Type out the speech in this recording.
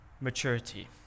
maturity